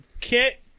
Kit